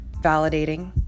validating